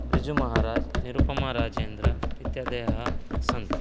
ब्रिजुमहाराज् निरुपमराजेन्द्र इत्यादयः सन्ति